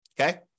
Okay